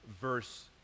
verse